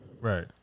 Right